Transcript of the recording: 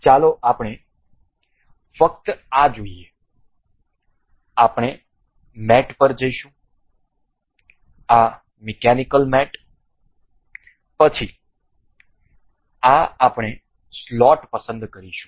ચાલો આપણે ફક્ત આ જોઈએ આપણે મેટ પર જઇશું આ મિકેનિકલ મેટ પછી આ આપણે સ્લોટ પસંદ કરીશું